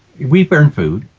we burn food,